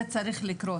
זה צריך לקרות,